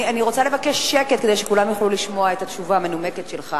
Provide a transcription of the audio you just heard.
אני רוצה לבקש שקט כדי שכולם יוכלו לשמוע את התשובה המנומקת שלך.